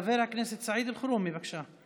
חבר הכנסת סעיד אלחרומי, בבקשה,